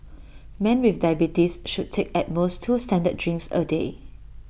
men with diabetes should take at most two standard drinks A day